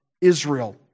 Israel